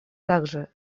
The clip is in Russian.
также